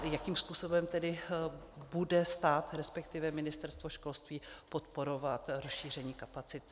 Jakým způsobem tedy bude stát, respektive Ministerstvo školství, podporovat rozšíření kapacit?